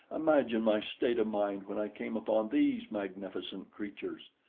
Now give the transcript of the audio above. imagine my state of mind when i came upon these magnificent creatures!